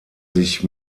sich